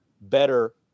better